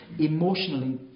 emotionally